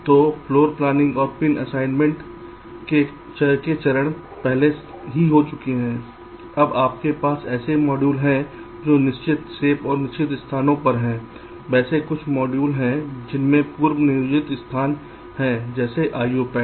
तो floor planning और pin assignment के चरण पहले ही हो चुके हैं अब आपके पास ऐसे मॉड्यूल हैं जो निश्चित शेप और निश्चित स्थानों पर हैं वैसे कुछ मॉड्यूल हैं जिनमें पूर्व नियोजित स्थान हैं जैसे IO पैड